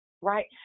right